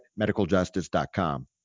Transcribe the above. medicaljustice.com